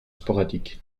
sporadiques